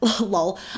lol